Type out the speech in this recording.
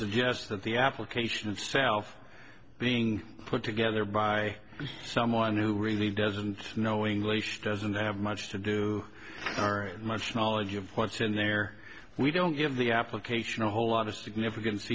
suggests that the application of self being put together by someone who really doesn't know english doesn't have much to do much knowledge of what's in there we don't give the application a whole lot of significance